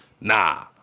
Nah